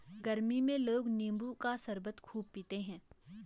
गरमी में लोग नींबू का शरबत खूब पीते है